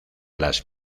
las